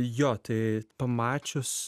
jo tai pamačius